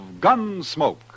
Gunsmoke